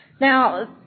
Now